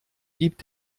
gibt